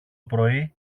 πρωί